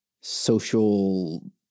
social